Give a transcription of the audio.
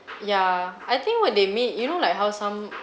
ya I think what they made you know like how some